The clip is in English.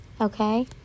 Okay